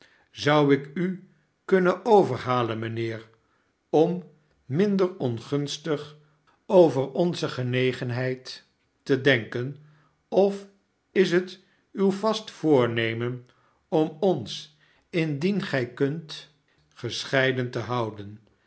zou ik u kunnen overhalen mijnheer om minder ongunstig over onze genegenheid te denken of is het uw vast voornemen om ons indien gij kunt gescheiden te houden